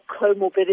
comorbidity